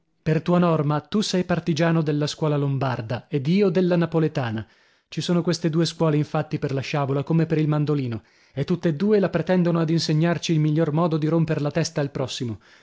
per tua norma tu sei partigiano della scuola lombarda ed io della napoletana ci sono queste due scuole infatti per la sciabola come per il mandolino e tutt'e due la pretendono ad insegnarci il miglior modo di romper la testa al prossimo